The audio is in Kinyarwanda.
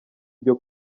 byo